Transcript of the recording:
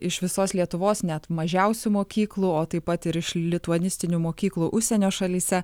iš visos lietuvos net mažiausių mokyklų o taip pat ir iš lituanistinių mokyklų užsienio šalyse